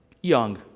young